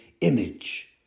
image